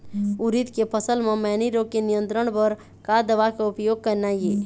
उरीद के फसल म मैनी रोग के नियंत्रण बर का दवा के उपयोग करना ये?